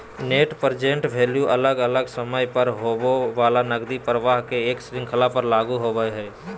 net present value अलग अलग समय पर होवय वला नकदी प्रवाह के एक श्रृंखला पर लागू होवय हई